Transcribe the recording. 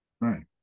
right